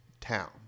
town